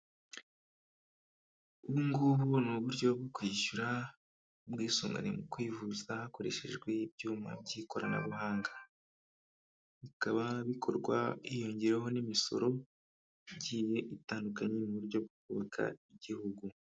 Ubu ngubu ni uburyo bwo kwishyura ubwisungane mu kwivuza hakoreshejwe ibyuma by'ikoranabuhanga, bikaba bikorwa hiyongereyeho n'imisoro igiye itandukanye mu buryo bwo kubaka igihugu.